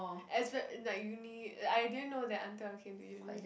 espe~ like uni I didn't know that until I came to uni